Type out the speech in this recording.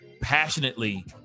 passionately